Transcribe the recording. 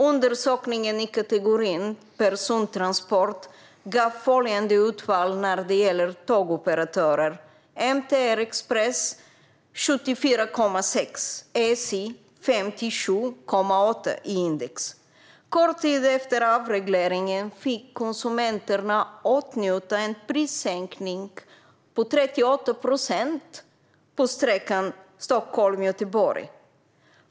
Undersökningen i kategorin persontransport gav följande utfall när det gäller tågoperatörer: MTR Express fick 74,6 och SJ fick 57,8 i index. Kort tid efter avregleringen fick konsumenterna åtnjuta en prissänkning på 38 procent på sträckan Stockholm-Göteborg.